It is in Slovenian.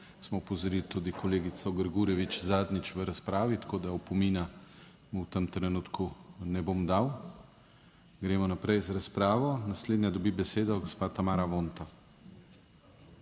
smo opozorili tudi kolegico Grgurevič zadnjič v razpravi, tako da opomina mu v tem trenutku ne bom dal. Gremo naprej z razpravo. Naslednja dobi besedo gospa Tamara Vonta.